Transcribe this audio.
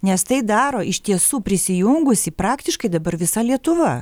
nes tai daro iš tiesų prisijungusi praktiškai dabar visa lietuva